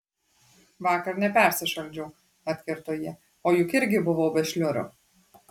vakar nepersišaldžiau atkirto ji o juk irgi buvau be šliurių